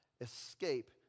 escape